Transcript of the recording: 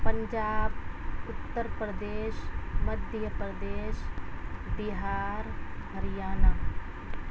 Punjab Uttar Pradesh Madhya Pradesh Bihar Haryana